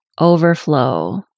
overflow